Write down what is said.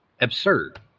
absurd